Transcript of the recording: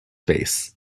base